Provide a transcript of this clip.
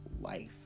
life